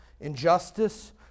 injustice